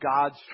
God's